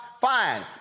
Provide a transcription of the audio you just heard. fine